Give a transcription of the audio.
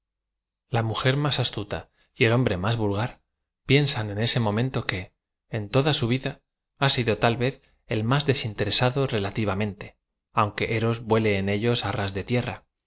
a mujer más astuta y ei hombre más vulgar piensaa en eae momento que en toda su vida ha sido tal v e z el más desinteresado re la tiv a mente aunque eros vuele en ellos á ras de tierra